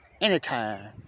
anytime